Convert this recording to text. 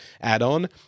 add-on